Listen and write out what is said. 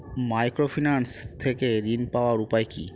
Microfinance থেকে ঋণ পাওয়ার উপায় কি?